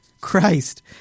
Christ